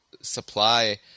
supply